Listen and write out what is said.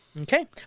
Okay